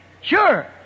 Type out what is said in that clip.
Sure